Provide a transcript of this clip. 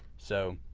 so,